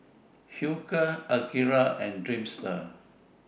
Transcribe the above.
Hilker Akira and Dreamster